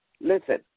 listen